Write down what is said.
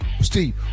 Steve